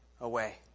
away